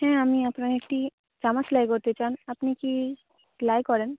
হ্যাঁ আমি আপনার একটি জামা সেলাই করতে চান আপনি কি সেলাই করেন